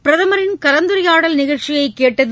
பிரதமரின் கலந்துரையாடல் நிகழ்ச்சியை கேட்டது